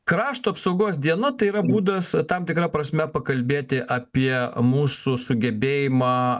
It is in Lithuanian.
krašto apsaugos diena tai yra būdas tam tikra prasme pakalbėti apie mūsų sugebėjimą